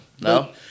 No